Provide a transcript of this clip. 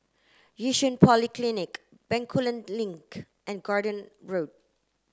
Yishun Polyclinic Bencoolen Link and Garden Road